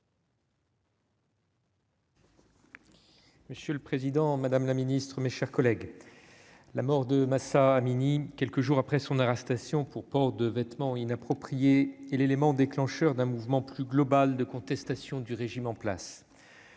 Monsieur le Président, Madame la Ministre, mes chers collègues, la mort de Mahsa Amini quelques jours après son arrestation pour port de vêtements inappropriés et l'élément déclencheur d'un mouvement plus global de contestation du régime en place